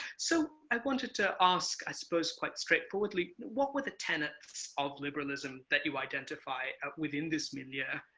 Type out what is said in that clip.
so i wanted to ask, i suppose quite straightforwardly, what were the tenets of liberalism that you identify within this milieu? yeah